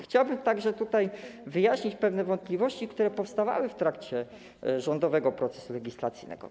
Chciałbym także tutaj wyjaśnić pewne wątpliwości, które powstawały w trakcie rządowego procesu legislacyjnego.